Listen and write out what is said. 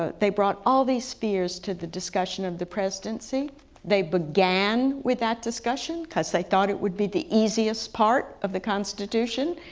ah they brought all these fears to the discussion of the presidency they began with that discussion because they thought it would be the easiest part of the constitution.